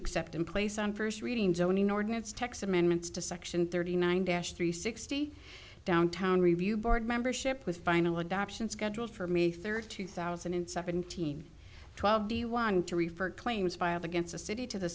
except in place on first reading zoning ordinance tax amendments to section thirty nine dash three sixty downtown review board membership with final adoption schedule for me thirty two thousand and seventeen twelve do you want to refer claims filed against the city to the